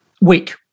week